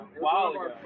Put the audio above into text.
Wow